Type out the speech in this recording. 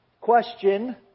Question